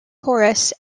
chorus